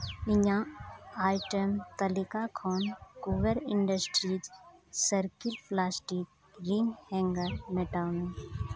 ᱤᱧᱟᱹᱜ ᱟᱭᱴᱮᱢ ᱛᱟᱹᱞᱤᱠᱟ ᱠᱷᱚᱱ ᱠᱩᱵᱮᱨ ᱤᱱᱰᱟᱥᱴᱨᱤᱡᱽ ᱥᱟᱨᱠᱤᱰ ᱯᱞᱟᱥᱴᱤᱠ ᱜᱨᱤᱱ ᱦᱮᱝᱜᱟᱨ ᱢᱮᱴᱟᱣ ᱢᱮ